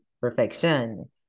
Perfection